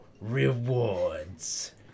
rewards